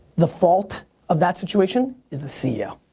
the fault of that situation is the ceo.